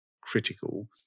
critical